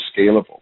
scalable